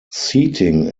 seating